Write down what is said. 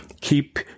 Keep